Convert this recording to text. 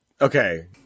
okay